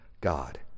God